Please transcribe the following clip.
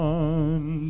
one